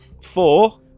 Four